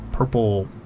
purple